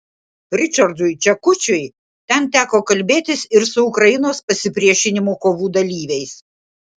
ričardui čekučiui ten teko kalbėtis ir su ukrainos pasipriešinimo kovų dalyviais